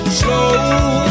slow